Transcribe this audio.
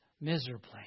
miserably